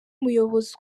muyobozi